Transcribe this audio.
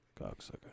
Cocksucker